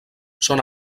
són